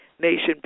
Nation